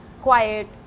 quiet